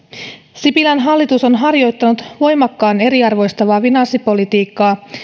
sipilän hallitus on harjoittanut voimakkaan eriarvoistavaa finanssipolitiikkaa